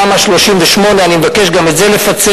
תמ"א 38. אני מבקש גם את זה לפצל.